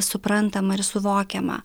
suprantamą ir suvokiamą